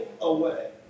away